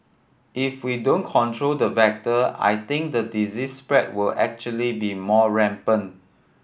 if we don't control the vector I think the disease spread will actually be more rampant